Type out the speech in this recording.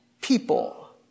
people